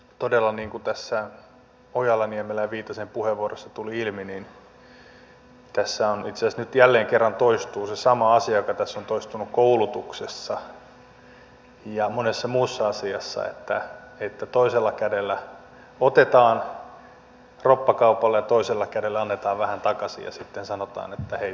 todella niin kuin tässä ojala niemelän ja viitasen puheenvuoroissa tuli ilmi tässä itse asiassa nyt jälleen kerran toistuu se sama asia joka tässä on toistunut koulutuksessa ja monessa muussa asiassa että toisella kädellä otetaan roppakaupalla ja toisella kädellä annetaan vähän takaisin ja sitten sanotaan että hei me kehitetään